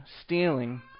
stealing